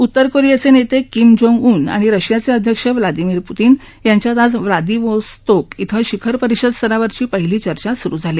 उत्तर कोरियाचे नेते किम जोंग उन आणि रशियाचे अध्यक्ष व्लादिमीर पुतिन यांच्यात आज व्लादिवोस्तोक इथं शिखर परिषद स्तरावरची पहिली चर्चा सुरु झाली